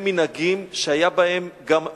ומנהגים שהיה בהם גם מעש.